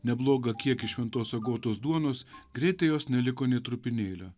neblogą kiekį šventos agotos duonos greitai jos neliko nė trupinėlio